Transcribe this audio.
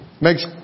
makes